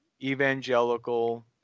evangelical